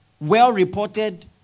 Well-reported